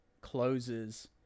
closes